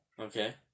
Okay